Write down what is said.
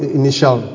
initial